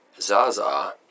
Zaza